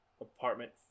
apartment